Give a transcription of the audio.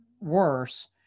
worse